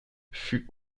fut